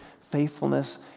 faithfulness